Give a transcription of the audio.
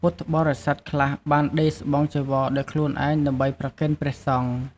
ពុទ្ធបរិស័ទខ្លះបានដេរស្បង់ចីវរដោយខ្លួនឯងដើម្បីប្រគេនព្រះសង្ឃ។